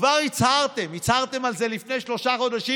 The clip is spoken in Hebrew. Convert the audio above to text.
כבר הצהרתם על זה לפני שלושה חודשים,